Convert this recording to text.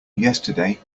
yesterday